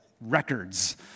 records